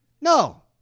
No